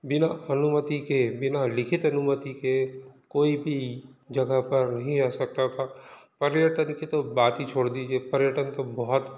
बिना अनुमति के बिना लिखित अनुमति के कोई भी जगह पर नहीं आ सकता था पर्यटन की तो बात ही छोड़ दीजिए पर्यटन तो बहुत